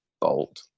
bold